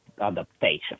adaptation